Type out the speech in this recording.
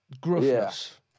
gruffness